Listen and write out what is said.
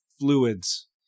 Fluids